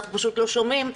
אנחנו פשוט לא שומעים,